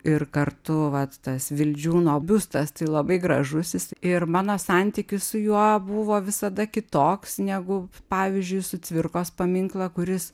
ir kartu vat tas vildžiūno biustas tai labai gražus jis ir mano santykis su juo buvo visada kitoks negu pavyzdžiui su cvirkos paminklą kuris